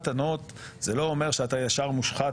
אם אדם יוזם הליך אזרחי,